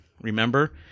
Remember